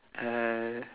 uh